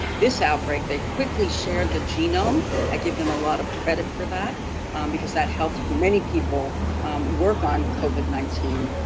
this outbreak they quickly shared the genome. i give them a lot of credit for that because that helped many people work on covid nineteen.